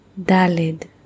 Dalid